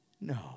No